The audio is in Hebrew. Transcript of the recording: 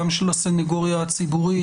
גם של הסניגוריה הציבורית?